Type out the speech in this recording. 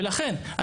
ולכן,